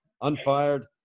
unfired